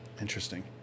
Interesting